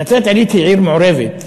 נצרת-עילית היא עיר מעורבת,